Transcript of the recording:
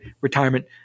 retirement